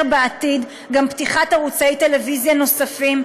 בעתיד גם פתיחת ערוצי טלוויזיה נוספים,